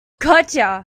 gotcha